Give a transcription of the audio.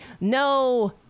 No